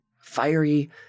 Fiery